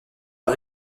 pas